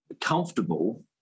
comfortable